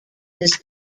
his